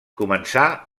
començà